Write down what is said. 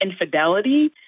infidelity